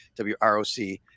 WROC